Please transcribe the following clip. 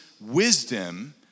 wisdom